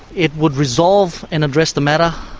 it would resolve and address the matter,